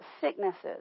sicknesses